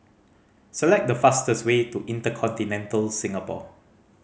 select the fastest way to InterContinental Singapore